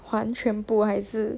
还全部还是